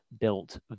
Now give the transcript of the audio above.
built